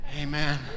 Amen